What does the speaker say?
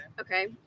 Okay